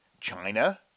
China